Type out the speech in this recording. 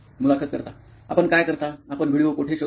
मुलाखत कर्ता आपण काय करता आपण व्हिडीओ कोठे शोधता